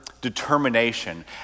determination